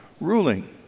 ruling